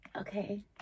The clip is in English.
Okay